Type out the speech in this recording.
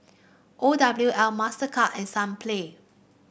O W L Mastercard and Sunplay